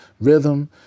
rhythm